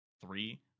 three